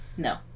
No